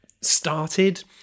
started